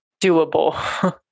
doable